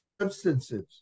substances